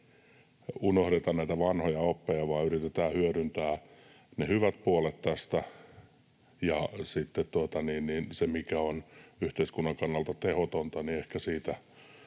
unohdeta näitä vanhoja oppeja, vaan yritetään hyödyntää ne hyvät puolet tästä ja sitten ehkä luopua siitä, mikä on yhteiskunnan kannalta tehotonta. Kun olin